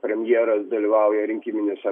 premjeras dalyvauja rinkiminiuose